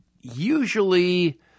usually